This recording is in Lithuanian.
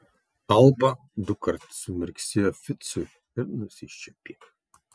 alba dukart sumirksėjo ficui ir nusišiepė